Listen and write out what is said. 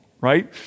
right